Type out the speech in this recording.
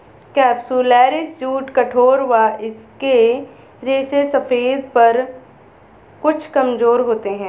capsularis jute कठोर व इसके रेशे सफेद पर कुछ कमजोर होते हैं